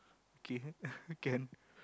okay can